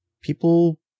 people